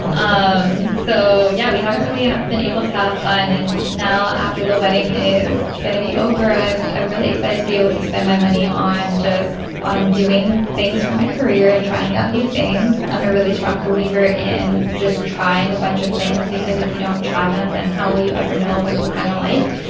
um so yeah we haven't really ah been able to have fun and now after the wedding is gonna be over i'm i'm really excited to be able to spend my money on just on doing things for my career and trying out new things i'm a really strong believer in just trying a bunch of things because if you don't try them then how will you ever know what you kind of like.